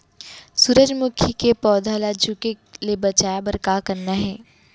सूरजमुखी के पौधा ला झुके ले बचाए बर का करना हे?